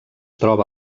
troba